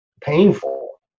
painful